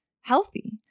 healthy